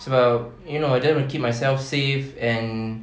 sebab you know I want to keep myself safe and